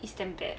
is damn bad